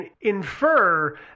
infer